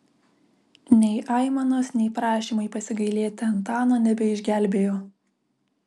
nei aimanos nei prašymai pasigailėti antano nebeišgelbėjo